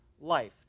life